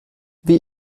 wie